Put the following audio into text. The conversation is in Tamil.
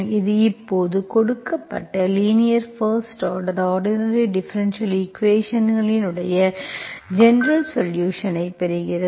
இது இப்போது கொடுக்கப்பட்ட linear first order ordinary differential ஈக்குவேஷன்ஸ்களின் ஜெனரல்சொலுஷன்ஸ்ஐ பெறுகிறது